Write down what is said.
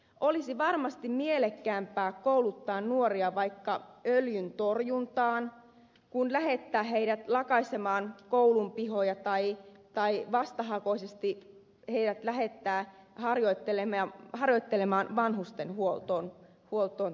olisi varmasti mielekkäämpää kouluttaa nuoria vaikka öljyntorjuntaan kuin lähettää heidät lakaisemaan koulun pihoja tai vasta hakoisesti harjoittelemaan vanhustenhuoltoa tai hoivaa